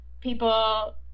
people